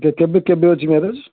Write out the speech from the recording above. କେବେ କେବେ ଅଛି ମ୍ୟାରେଜ୍